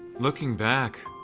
looking back,